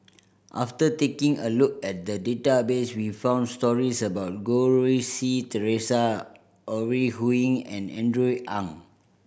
after taking a look at the database we found stories about Goh Rui Si Theresa Ore Huiying and Andrew Ang